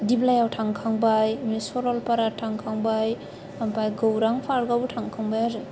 दिब्लायाव थांखांबाय आमफ्राय सरलपारा थांखांबाय आमफ्राय गौरां पार्कावबो थांखांबाय आरो